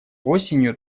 осенью